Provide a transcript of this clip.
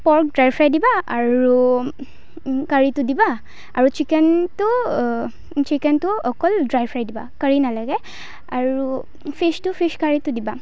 pork dry fry দিবা আৰু কাৰিটো দিবা আৰু চিকেনটো চিকেনটো অকল ড্ৰাই ফ্ৰাই দিবা কাৰি নালাগে আৰু ফিচটো ফিচ কাৰিটো দিবা